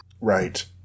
Right